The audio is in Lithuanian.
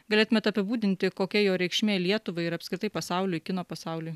galėtumėt apibūdinti kokia jo reikšmė lietuvai ir apskritai pasauliui kino pasauliui